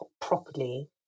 properly